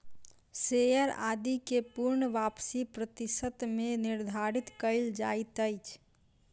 share आदि के पूर्ण वापसी प्रतिशत मे निर्धारित कयल जाइत अछि